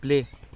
play